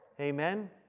Amen